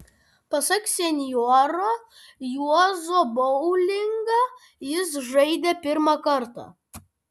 pasak senjoro juozo boulingą jis žaidė pirmą kartą